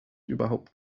überhaupt